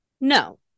No